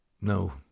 no